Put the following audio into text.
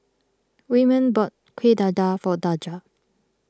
Wyman bought Kuih Dadar for Daja